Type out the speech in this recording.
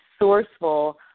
sourceful